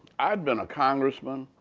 i'd been a congressman,